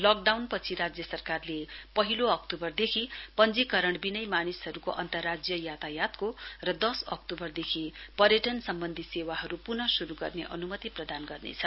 लकडाउनपछि राज्य सरकारले पहिलो अक्तूबरदेखि पञ्जीकरणबिनै मानिसहरूको अन्तर्राज्य यातायातका र दस अक्टूबरदेखि पर्यटन सम्बन्धी सेवाहरू प्न श्रु गर्ने अन्मति प्रदान गर्नेछ